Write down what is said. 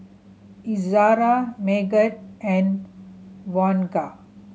Izzara Megat and